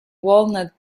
walnut